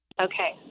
okay